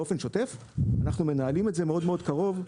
באופן שוטף אנחנו מנהלים את זה מאוד קרוב,